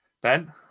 Ben